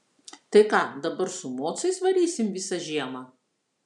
tai ką dabar su mocais varysim visą žiemą